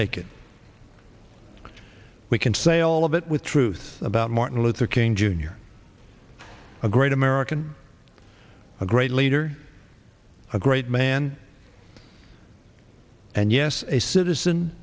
naked we can say all of it with truth about martin luther king jr a great american a great leader a great man and yes a citizen